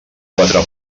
quatre